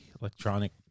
electronic